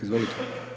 Izvolite.